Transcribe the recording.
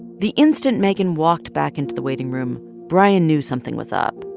the instant megan walked back into the waiting room, brian knew something was up.